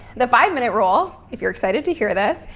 the five minute rule, if you're excited to hear this,